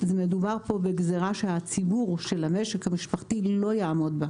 מדובר פה בגזרה שהציבור של המשק המשפחתי לא יעמוד בה.